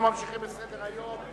אנחנו ממשיכים בסדר-היום.